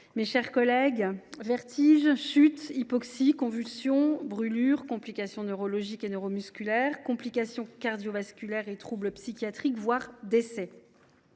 mes chers collègues, vertiges, chutes, hypoxies, convulsions, brûlures, complications neurologiques et neuromusculaires, complications cardiovasculaires et troubles psychiatriques, voire décès